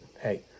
hey